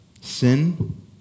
sin